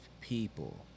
people